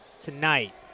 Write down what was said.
tonight